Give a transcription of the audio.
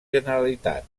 generalitat